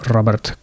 Robert